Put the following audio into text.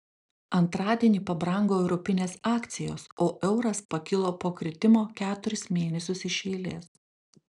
antradienį pabrango europinės akcijos o euras pakilo po kritimo keturis mėnesius iš eilės